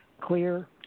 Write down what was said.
clear